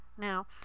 Now